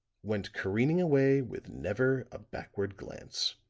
went careening away with never a backward glance.